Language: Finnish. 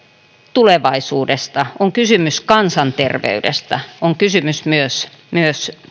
tulevaisuudesta on kysymys kansanterveydestä on kysymys myös myös